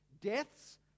deaths